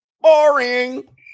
boring